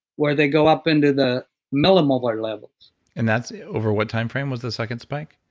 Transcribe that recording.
where they go up into the millimolar levels and that's over what timeframe was the second spike?